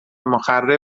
مخرب